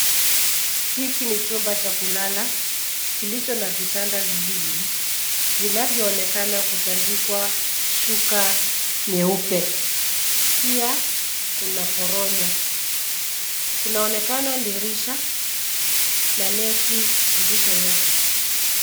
Hiki ni chumba cha kulala kilicho na vitanda viwili vinavyoonekana kutandikwa shuka nyeupe. Pia kuna poronya. Kunaonekana dirisha na neti zilizowekwa.